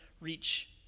reach